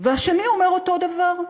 והשני אומר אותו דבר.